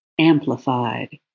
amplified